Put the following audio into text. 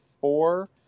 four